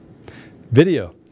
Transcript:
Video